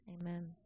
amen